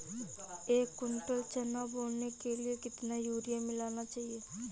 एक कुंटल चना बोने के लिए कितना यूरिया मिलाना चाहिये?